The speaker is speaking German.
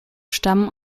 stammen